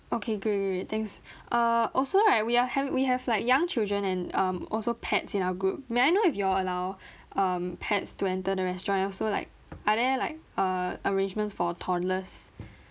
okay great great great thanks err also right we are have we have like young children and um also pets in our group may I know if you all allow um pets to enter the restaurant and also like are there like err arrangements for toddlers